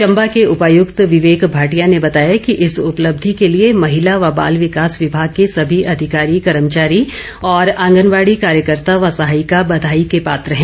चम्बा के उपायक्त विवेक भाटिया ने बताया कि इस उपलब्धि के लिए महिला व बाल विकास विमाग के सभी अधिकारी कर्मचारी और आंगनबाड़ी कार्यकर्ता व सहायिका बधाई के पात्र हैं